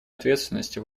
ответственности